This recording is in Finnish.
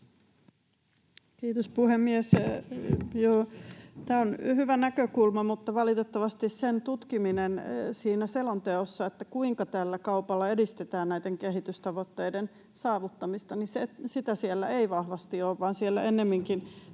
Kiitos, puhemies! Joo, tämä on hyvä näkökulma, mutta valitettavasti siinä selonteossa sen tutkimista, kuinka tällä kaupalla edistetään näiden kehitystavoitteiden saavuttamista, ei vahvasti ole, vaan siellä ennemminkin